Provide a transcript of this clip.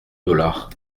dollar